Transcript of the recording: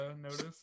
noticed